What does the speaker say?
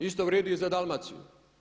Isto vrijedi i za Dalmaciju.